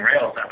Rails